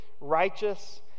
righteous